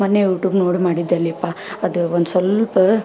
ಮೊನ್ನೆ ಯೂಟೂಬ್ ನೋಡಿ ಮಾಡಿದ್ದೆಯಲ್ಲಪ್ಪ ಅದು ಒಂದು ಸ್ವಲ್ಪ